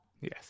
Yes